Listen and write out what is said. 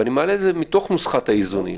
ואני מעלה את זה מתוך נוסחת האיזונים,